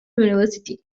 university